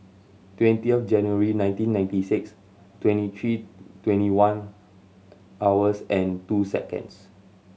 twenty of January nineteen ninety six twenty three twenty one hours and two seconds